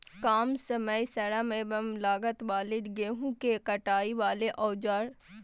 काम समय श्रम एवं लागत वाले गेहूं के कटाई वाले औजार?